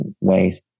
ways